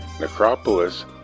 Necropolis